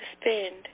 spend